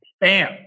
Bam